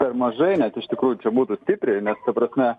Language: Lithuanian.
per mažai net iš tikrųjų čia būtų stipriai nes ta prasme